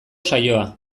saioa